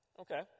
Okay